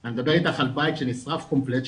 - אני מדבר איתך על בית שנשרף קומפלט,